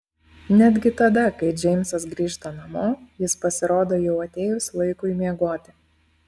netgi tada kai džeimsas grįžta namo jis pasirodo jau atėjus laikui miegoti